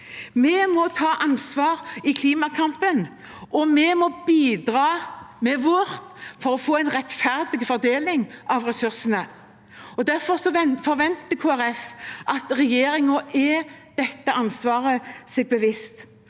vi må ta ansvar i klimakampen, og vi må bidra med vårt for å få en rettferdig fordeling av ressursene. Derfor forventer Kristelig Folkeparti at regjeringen er seg bevisst